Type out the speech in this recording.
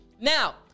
Now